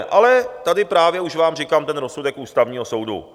Ale tady právě už vám říkám ten rozsudek Ústavního soudu.